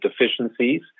deficiencies